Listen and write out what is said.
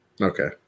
Okay